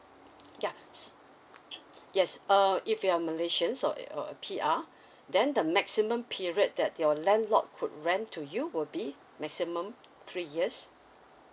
yeah yes uh if you are malaysians or it or P_R then the maximum period that your landlord could rent to you will be maximum three years